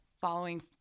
following